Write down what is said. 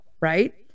right